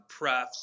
prefs